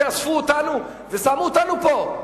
שאספו אותנו ושמו אותנו פה?